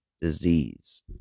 disease